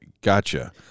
gotcha